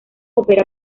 ópera